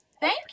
Thank